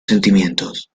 sentimientos